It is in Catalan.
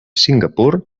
singapur